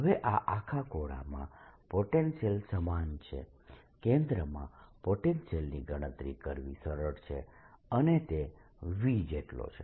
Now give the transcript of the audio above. હવે આખા ગોળામાં પોટેન્શિયલ સમાન છે કેન્દ્રમાં પોટેન્શિયલની ગણતરી કરવી સરળ છે અને તે V જેટલો છે